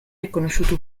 riconosciuto